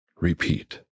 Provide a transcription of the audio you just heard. Repeat